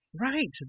Right